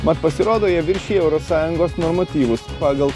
mat pasirodo jie viršija euro sąjungos normatyvus pagal